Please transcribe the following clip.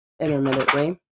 intermittently